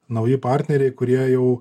nauji partneriai kurie jau